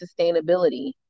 sustainability